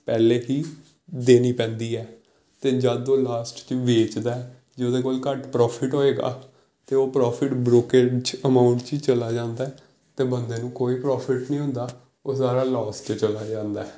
ਪਹਿਲਾਂ ਹੀ ਦੇਣੀ ਪੈਂਦੀ ਹੈ ਅਤੇ ਜਦ ਉਹ ਲਾਸਟ 'ਚ ਵੇਚਦਾ ਜੇ ਉਹਦੇ ਕੋਲ ਘੱਟ ਪ੍ਰੋਫਿਟ ਹੋਏਗਾ ਅਤੇ ਉਹ ਪ੍ਰੋਫਿਟ ਬ੍ਰੋਕੇਜ ਅਮਾਊਂਟ 'ਚ ਹੀ ਚਲਾ ਜਾਂਦਾ ਹੈ ਅਤੇ ਬੰਦੇ ਨੂੰ ਕੋਈ ਪ੍ਰੋਫਿਟ ਨਹੀਂ ਹੁੰਦਾ ਉਹ ਸਾਰਾ ਲੋਸ 'ਚ ਚਲਾ ਜਾਂਦਾ ਹੈ